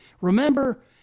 Remember